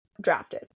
drafted